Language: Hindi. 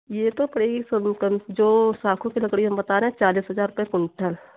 ये तो पड़ेगी जो साखू की लकड़ी हम बता रहे हैं चालीस हजार रुपये कुंटल